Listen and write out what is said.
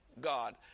God